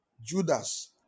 Judas